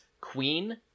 Queen